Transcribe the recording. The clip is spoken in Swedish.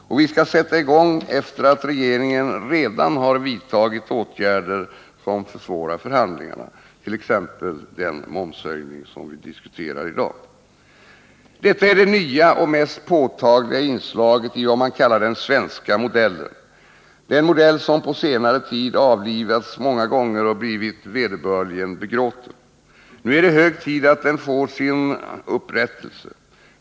Och vi skall sätta i gång efter det att regeringen redan har vidtagit åtgärder som försvårar förhandlingarna, t.ex. den momshöjning som vi diskuterar i dag. Detta är det nya och mest påtagliga inslaget i vad man kallar den svenska modellen, den modell som på senare tid avlivats många gånger och blivit vederbörligen begråten. Nu är det hög tid att den får sin upprättelse.